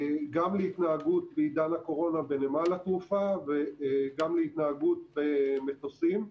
גם להתנהגות בעידן הקורונה בנמל התעופה וגם להתנהגות במטוסים.